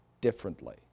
differently